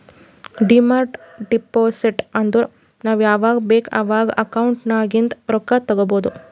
demand deposit ಅಂದುರ್ ನಾವ್ ಯಾವಾಗ್ ಬೇಕ್ ಅವಾಗ್ ಅಕೌಂಟ್ ನಾಗಿಂದ್ ರೊಕ್ಕಾ ತಗೊಬೋದ್